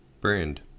brand